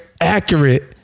accurate